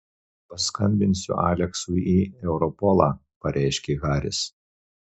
paskambinsiu aleksui į europolą pareiškė haris